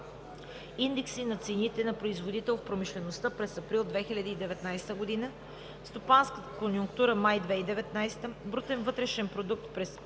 индекси на цените за производител в промишлеността през април 2019 г.; стопанска конюнктура май 2019 г.; брутен вътрешен продукт през